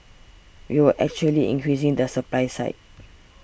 we were actually increasing the supply side